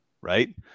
right